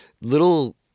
little